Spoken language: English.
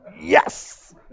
Yes